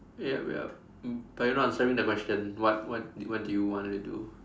wait ah wait ah but you are not answering the question what what what do you want to do